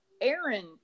Aaron